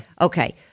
Okay